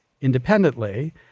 independently